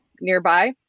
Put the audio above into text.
nearby